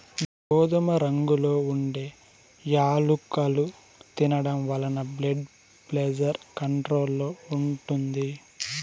గోధుమ రంగులో ఉండే యాలుకలు తినడం వలన బ్లెడ్ ప్రెజర్ కంట్రోల్ లో ఉంటుంది